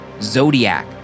Zodiac